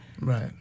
Right